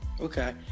okay